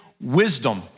wisdom